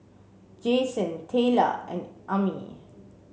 Jayson Tayla and Ami